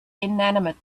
inanimate